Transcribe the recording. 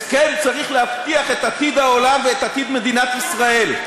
הסכם צריך להבטיח את עתיד העולם ואת עתיד מדינת ישראל.